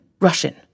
Russian